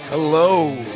Hello